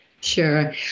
Sure